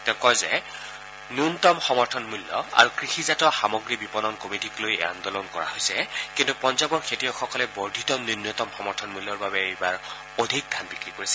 তেওঁ কয় যে ন্যনতম সমৰ্থন মূল্য আৰু কৃষিজাত সামগ্ৰী বিপণন কমিটীক লৈ এই আন্দোলন কৰা হৈছে কিন্তু পঞ্জাবৰ খেতিয়কসকলে বৰ্ধিত ন্যূনতম সমৰ্থন মূল্যৰ বাবে এইবাৰ অধিক ধান বিক্ৰী কৰিছে